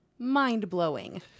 mind-blowing